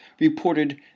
reported